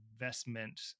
investment